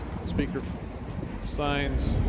the speaker signs